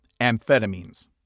amphetamines